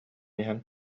иһэн